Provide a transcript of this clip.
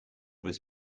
was